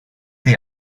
the